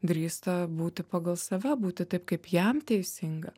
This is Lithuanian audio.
drįsta būti pagal save būti taip kaip jam teisinga